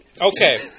okay